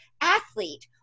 athlete